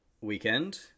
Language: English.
weekend